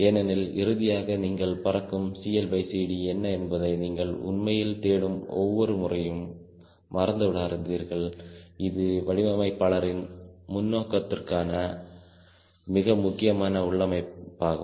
ஏனெனில் இறுதியாக நீங்கள் பறக்கும் CLCD என்ன என்பதை நீங்கள் உண்மையில் தேடும் ஒவ்வொரு முறையும் மறந்துவிடாதீர்கள் இது வடிவமைப்பாளரின் முன்னோக்கிற்கான மிக முக்கியமான உள்ளமைப்பாகும்